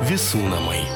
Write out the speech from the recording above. visų namai